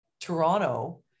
Toronto